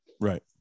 Right